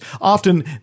often